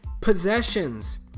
possessions